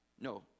No